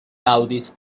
aŭdis